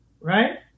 right